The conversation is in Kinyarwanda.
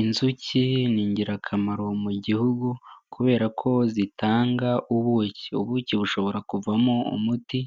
Inzuki ni ingirakamaro mu gihugu kubera ko zitanga ubuki, ubuki bushobora kuvamo umuti